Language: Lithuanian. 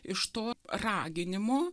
iš to raginimo